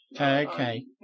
Okay